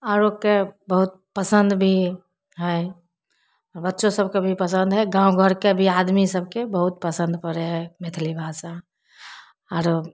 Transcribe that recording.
आरोके बहुत पसन्द भी हइ आओर बच्चो सबके भी पसन्द हइ गाँव घरके भी आदमी सबके बहुत पसन्द पड़य हइ मैथिली भाषा आरो